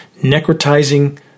necrotizing